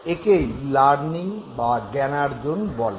একেই লার্নিং বা জ্ঞানার্জন বলা হয়